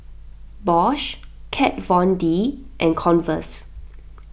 Bosch Kat Von D and Converse